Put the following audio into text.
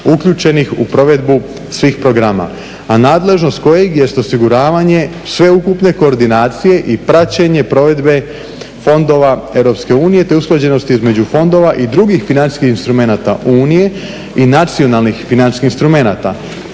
uključenih u provedbu svih programa. A nadležnost kojeg jest osiguravanje sveukupne koordinacije i praćenje provedbe fondova Europske unije te usklađenosti između fondova i drugih financijskih instrumenata Unije i nacionalnih financijskih instrumenata